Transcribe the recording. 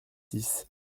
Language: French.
six